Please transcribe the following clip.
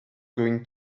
going